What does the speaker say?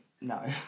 No